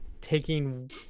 taking